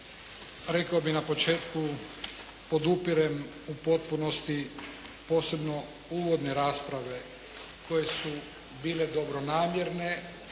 rekao bih na početku podupirem u potpunosti posebno uvodne rasprave koje su bile dobronamjerne,